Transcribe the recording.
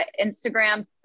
Instagram